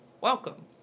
welcome